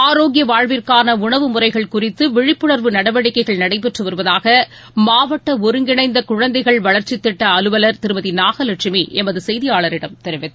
ஆரோக்கிய வாழ்விற்கான உணவு முறைகள் குறித்து விழிப்புணர்வு நடவடிக்கைகள் நடைபெற்று வருவதாக மாவட்ட ஒருங்கிணைந்த குழந்தைகள் வளர்ச்சித்திட்ட அலுவலர் திருமதி நூகலட்சுமி எமது செய்தியாளரிடம் தெரிவித்தார்